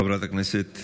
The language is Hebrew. חברת הכנסת